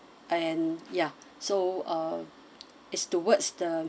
and ya so uh it's towards the